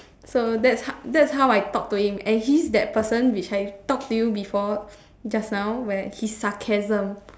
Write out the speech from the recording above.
so that's that's how I talk to him and he's that person which I talk to you before just now where his sarcasm